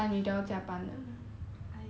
!aiya!